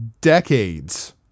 decades